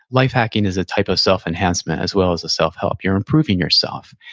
life hacking is a type of self enhancement, as well as a self-help you're improving yourself.